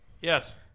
yes